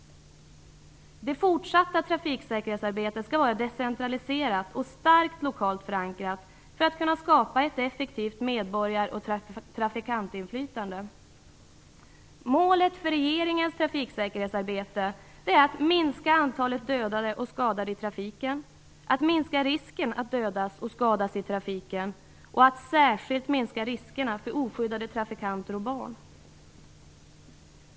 Det fortsatta trafiksäkerhetsarbetet skall vara decentraliserat och starkt lokalt förankrat, för att kunna skapa ett effektivt medborgar och trafikantinflytande. Målet för regeringens trafiksäkerhetsarbete är att minska antalet dödade och skadade i trafiken, att minska risken att dödas och skadas i trafiken och att särskilt minska riskerna för oskyddade trafikanter och barn.